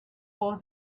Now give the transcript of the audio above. was